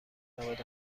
نود